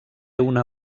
una